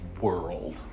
world